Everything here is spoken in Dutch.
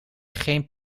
geen